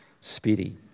speedy